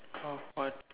oh what